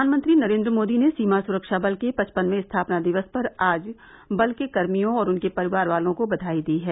प्रधानमंत्री नरेन्द्र मोदी ने सीमा सुरक्षा बल के पचपनवें स्थापना दिवस पर आज बल के कर्मियों और उनके परिवार को बधाई दी है